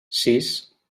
sis